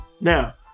Now